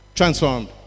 Transformed